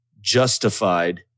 justified